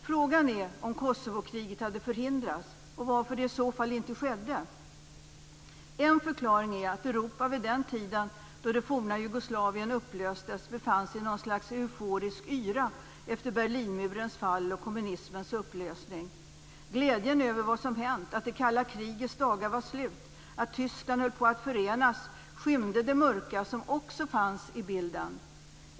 Frågan är om Kosovokriget hade kunnat förhindras och varför det i så fall inte skedde. En förklaring är att Europa vid den tid då det forna Jugoslavien upplöstes befann sig i något slags euforisk yra efter Glädjen över vad som hänt, över att det kalla krigets dagar var slut, över att Tyskland höll på att förenas skymde det mörka som också fanns i bilden.